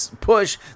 push